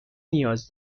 نیاز